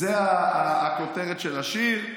זו הכותרת של השיר,